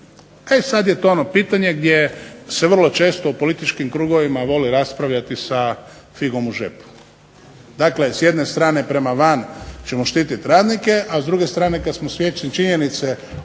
E sad je to ono pitanje gdje se vrlo često u političkim krugovima voli raspravljati sa figom u džepu. Dakle, s jedne strane prema van ćemo štititi radnike, a s druge strane kad smo svjesni činjenice